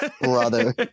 Brother